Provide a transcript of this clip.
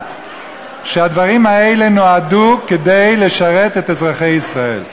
לדעת שהדברים האלה נועדו לשרת את אזרחי ישראל.